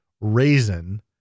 raisin